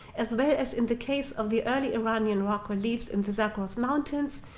as well as in the case of the early iranian rock reliefs in the zagros mountains,